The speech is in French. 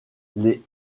les